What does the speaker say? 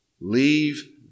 leave